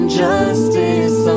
justice